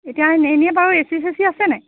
এতিয়া এনেই বাৰু এচি চেচি আছে নাই